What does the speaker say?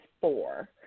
four